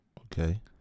Okay